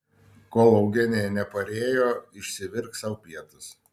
kol eugenija neparėjo išsivirk sau pietus